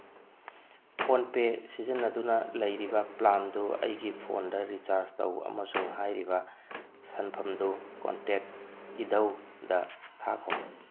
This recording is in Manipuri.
ꯐꯣꯟ ꯄꯦ ꯁꯤꯖꯤꯟꯅꯗꯨꯅ ꯂꯩꯔꯤꯕ ꯄ꯭ꯂꯥꯟꯗꯨ ꯑꯩꯒꯤ ꯐꯣꯟꯗ ꯔꯤꯆꯥꯔꯖ ꯇꯧ ꯑꯃꯁꯨꯡ ꯍꯥꯏꯔꯤꯕ ꯁꯟꯐꯝꯗꯨ ꯀꯣꯟꯇꯦꯛ ꯏꯙꯧꯗ ꯊꯥꯈꯣ